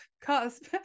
cusp